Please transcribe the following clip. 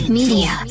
media